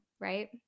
right